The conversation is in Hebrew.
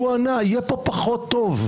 והוא ענה: יהיה פה פחות טוב,